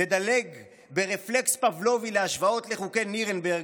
נדלג ברפלקס פבלובי להשוואות לחוקי נירנברג,